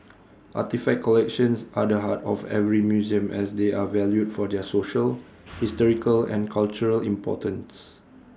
artefact collections are the heart of every museum as they are valued for their social historical and cultural importance